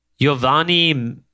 Giovanni